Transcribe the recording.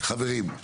טוב, חברים.